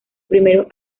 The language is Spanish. primeros